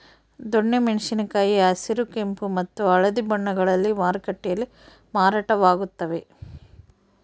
ದೊಣ್ಣೆ ಮೆಣಸಿನ ಕಾಯಿ ಹಸಿರು ಕೆಂಪು ಮತ್ತು ಹಳದಿ ಬಣ್ಣಗಳಲ್ಲಿ ಮಾರುಕಟ್ಟೆಯಲ್ಲಿ ಮಾರಾಟವಾಗುತ್ತವೆ